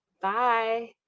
Bye